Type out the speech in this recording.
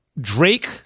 Drake